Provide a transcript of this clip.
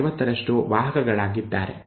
50ರಷ್ಟು ವಾಹಕಗಳಾಗಿದ್ದಾರೆ